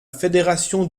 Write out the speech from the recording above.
fédération